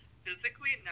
physically